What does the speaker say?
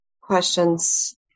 questions